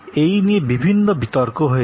এই নিয়ে বিভিন্ন বিতর্ক হয়েছে